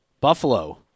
Buffalo